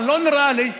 אבל לא נראה לי,